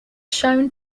shown